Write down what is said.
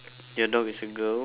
your dog is a girl